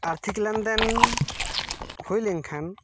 ᱟᱨᱛᱷᱤᱠ ᱞᱮᱱᱫᱮᱱ ᱦᱩᱭ ᱞᱮᱱᱠᱷᱟᱱ